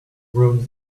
ruins